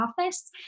office